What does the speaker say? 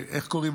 איך קוראים להם,